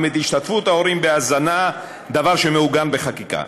גם את השתתפות ההורים בהזנה, דבר שמעוגן בחקיקה.